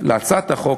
להצעת החוק,